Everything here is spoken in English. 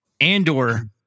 Andor